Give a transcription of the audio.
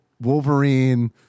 Wolverine